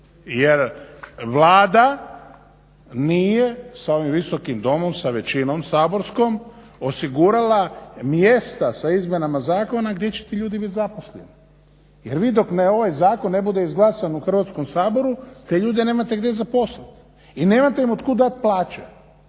Jer Vlada nije sa ovim Visokim domom, sa većinom saborskom osigurala mjesta sa izmjenama zakona gdje će ti ljudi biti zaposleni. Jer vi dok ovaj zakon ne bude izglasan u Hrvatskom saboru te ljude nemate gdje zaposliti i nemate im otkuda dati plaće.